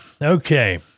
Okay